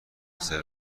سرو